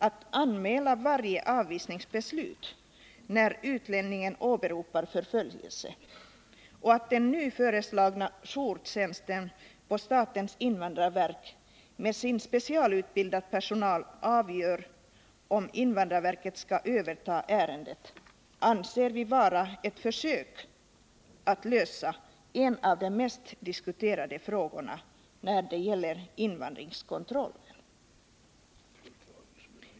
avvisningsbeslut när utlänningen åberopar förföljelse och förslaget att den nu föreslagna jourtjänsten på statens invandrarverk med sin specialutbildade personal skall avgöra om invandrarverket skall överta ärendet anser vi vara ett försök att lösa en av de mest diskuterade frågorna när det gäller invandringskontrollen.